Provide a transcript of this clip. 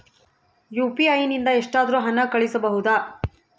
UPI ನಿಂದ ಎಷ್ಟಾದರೂ ಹಣ ಕಳಿಸಬಹುದಾ?